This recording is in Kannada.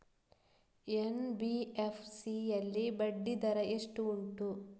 ಎನ್.ಬಿ.ಎಫ್.ಸಿ ಯಲ್ಲಿ ಬಡ್ಡಿ ದರ ಎಷ್ಟು ಉಂಟು?